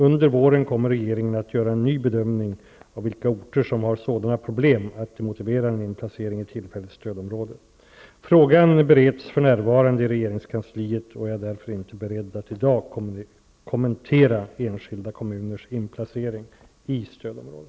Under våren kommer regeringen att göra en ny bedömning av vilka orter som har sådana problem att de motiverar en inplacering i tillfälligt stödområde. Frågan bereds för närvarande i regeringskansliet, och jag är därför inte beredd att i dag kommentera enskilda kommuners inplacering i stödområde.